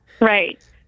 Right